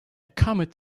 comet